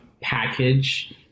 package